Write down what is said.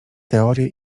teorie